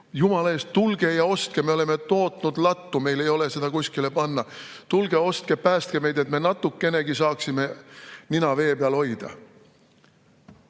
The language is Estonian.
Jumala eest, tulge ja ostke, me oleme tootnud lattu, meil ei ole seda kuskile panna! Tulge ostke, päästke meid, et me natukenegi saaksime nina vee peal hoida!